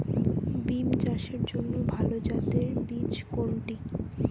বিম চাষের জন্য ভালো জাতের বীজ কোনটি?